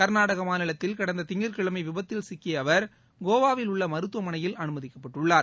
கர்நாடக மாநிலத்தில் கடந்த திங்கட்கிழமை விபத்தில் சிக்கிய அவர் கோவாவில் உள்ள மருத்துவமனையில் அனுமதிக்கப்பட்டுள்ளார்